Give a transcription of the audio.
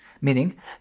meaning